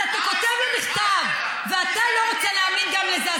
אתה כותב לו מכתב ואתה לא רוצה להאמין גם לזה,